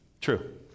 True